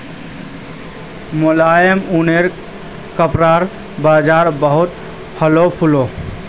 मुलायम ऊनि कपड़ार बाज़ार बहुत फलोहो फुलोहो